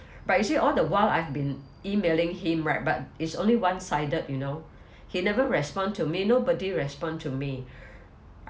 but you see all the while I've been emailing him right but it's only one-sided you know he never respond to me nobody respond to me